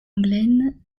lenglen